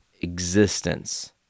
existence